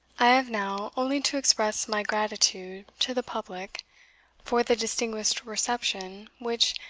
i have now only to express my gratitude to the public for the distinguished reception which,